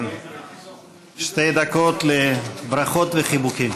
שתי דקות לברכות וחיבוקים.